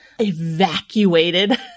evacuated